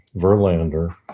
Verlander